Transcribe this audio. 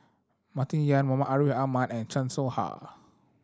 Martin Yan Muhammad Ariff Ahmad and Chan Soh Ha